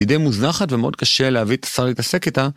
היא די מוזנחת ומאוד קשה להביא את השר להתעסק איתה